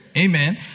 Amen